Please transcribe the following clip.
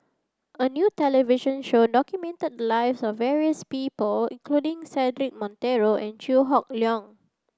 a new television show documented the lives of various people including Cedric Monteiro and Chew Hock Leong